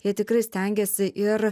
jie tikrai stengiasi ir